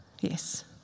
Yes